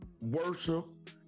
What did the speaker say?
worship